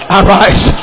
arise